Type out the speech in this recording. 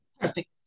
Perfect